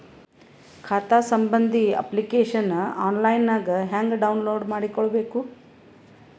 ಖಾತಾ ಸಂಬಂಧಿ application online ಹೆಂಗ್ ಡೌನ್ಲೋಡ್ ಮಾಡಿಕೊಳ್ಳಬೇಕು?